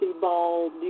Ball